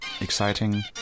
exciting